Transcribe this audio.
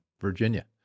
Virginia